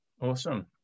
Awesome